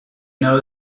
know